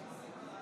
מרב